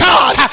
God